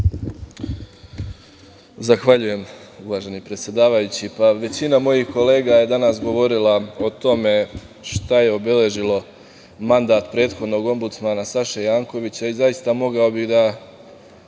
Zahvaljujem, uvaženi predsedavajući. Većina mojih kolega je danas govorila o tome šta je obeležilo mandat prethodnog Ombudsmana, Saše Jankovića, i zaista, mogao bih da